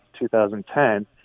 2010